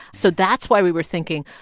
so that's why we were thinking,